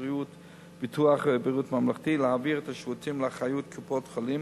ביטוח בריאות ממלכתי להעביר את השירותים לאחריות קופות-החולים